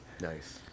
Nice